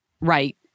Right